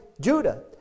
Judah